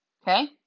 Okay